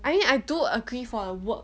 I mean I do agree for the work